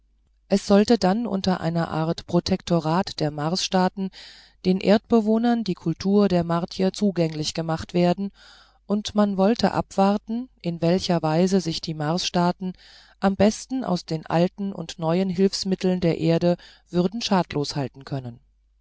es sollte dann unter einer art protektorat der marsstaaten den erdbewohnern die kultur der martier zugänglich gemacht werden und man wollte abwarten in welcher weise sich die marsstaaten am besten aus den alten und neuen hilfsmitteln der erde würden schadlos halten können